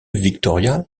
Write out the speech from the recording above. victoria